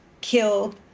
kill